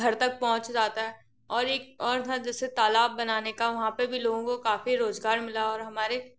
घर तक पहुंच जाता है और एक और था जैसे तालाब बनाने का वहाँ पर भी लोगों को काफ़ी रोज़गार मिला और हमारे